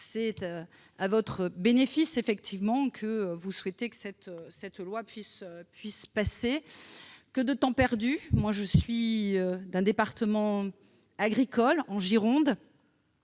C'est à votre bénéfice, effectivement, que vous souhaitez que cette loi puisse passer. Que de temps perdu ! Je suis élue d'un département agricole. En Gironde,